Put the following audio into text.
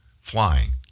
flying